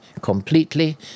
completely